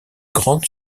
grande